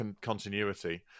continuity